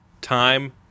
Time